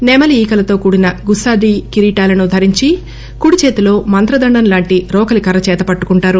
నెమలి ఈకలతో కూడిన గుస్పాడి కిరీటాలను ధరించి కూడి చేతితో మంత్రదండం లాంటి రోకలి కర్ర చేత పట్టుకుంటారు